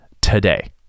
today